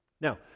Now